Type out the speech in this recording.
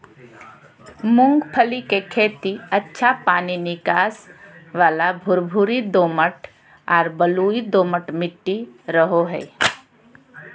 मूंगफली के खेती अच्छा पानी निकास वाला भुरभुरी दोमट आर बलुई दोमट मट्टी रहो हइ